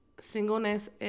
singleness